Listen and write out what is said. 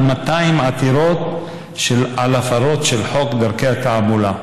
200 עתירות על הפרות של חוק דרכי התעמולה.